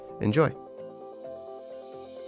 Enjoy